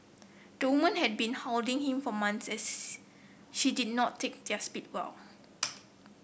the woman had been hounding him for months as she did not take their split well